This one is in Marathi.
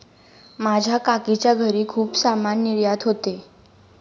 माझ्या काकीच्या घरी खूप सामान निर्यात होते